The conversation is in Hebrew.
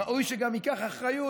ראוי שגם ייקח אחריות,